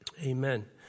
Amen